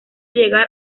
llegar